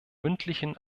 mündlichen